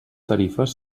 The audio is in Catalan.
tarifes